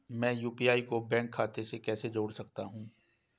मैं यू.पी.आई को बैंक खाते से कैसे जोड़ सकता हूँ?